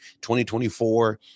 2024